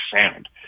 sound